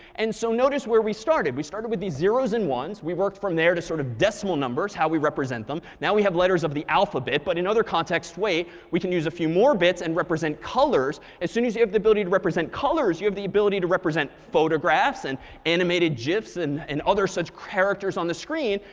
and so notice where we started. we started with these zeros and ones. we worked from there to sort of decimal numbers, how we represent them. now we have letters of the alphabet. but in other contexts wait, we can use a few more bits and represent colors. as soon as you have the ability to represent colors, you have the ability to represent photographs and animated gifs and and other such characters on the screen.